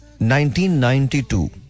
1992